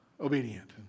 obedient